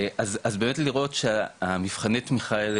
אז באמת לראות שמבחני התמיכה האלה,